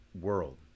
world